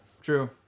true